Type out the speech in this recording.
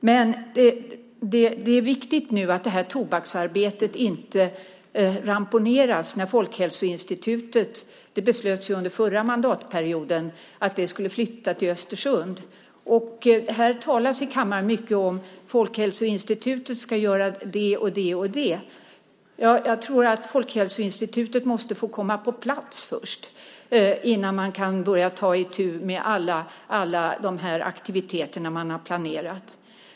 Det är viktigt att tobaksarbetet nu inte ramponeras när Folkhälsoinstitutet - det beslöts ju under förra mandatperioden - ska flytta till Östersund. Det talas i kammaren mycket om att Folkhälsoinstitutet ska göra det och det. Ja, jag tror att Folkhälsoinstitutet måste få komma på plats först innan man kan börja ta itu med alla de aktiviteter man har planerat.